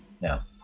Now